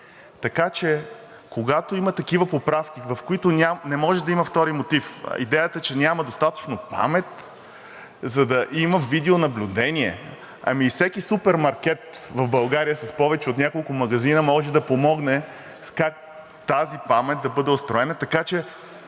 Така че, когато има такива поправки, в които не може да има втори мотив, а идеята е, че няма достатъчно памет, за да има видеонаблюдение – ми всеки супермаркет в България с повече от няколко магазина може да помогне как тази памет да бъде устроена